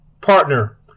partner